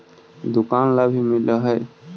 दुकान ला भी मिलहै?